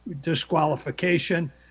disqualification